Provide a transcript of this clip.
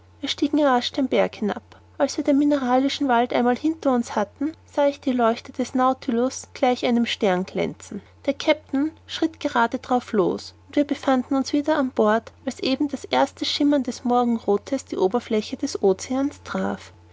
wir stiegen rasch den berg hinab als wir den mineralischen wald einmal hinter uns hatten sah ich die leuchte des nautilus gleich einem stern glänzen der kapitän schritt gerade darauf los und wir befanden uns wieder an bord als eben das erste schimmern des morgenroths die oberfläche des oceans traf